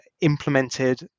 implemented